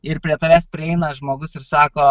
ir prie tavęs prieina žmogus ir sako